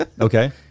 Okay